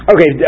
Okay